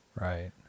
Right